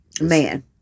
man